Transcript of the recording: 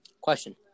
Question